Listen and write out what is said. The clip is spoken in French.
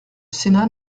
sénat